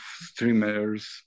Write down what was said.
streamers